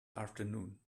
afternoon